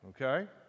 Okay